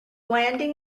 landing